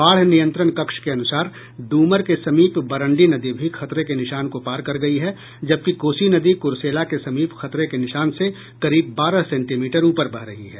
बाढ़ नियंत्रण कक्ष के अनुसार ड्रमर के समीप बरण्डी नदी भी खतरे के निशान को पार कर गई है जबकि कोसी नदी कुर्सेला के समीप खतरे के निशान से करीब बारह सेंटीमीटर ऊपर बह रही है